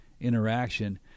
interaction